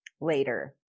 later